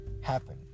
happen